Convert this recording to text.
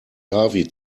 navi